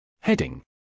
Heading